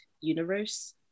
universe